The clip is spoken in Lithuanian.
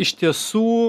iš tiesų